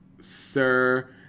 Sir